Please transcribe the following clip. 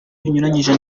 binyuranyije